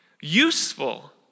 Useful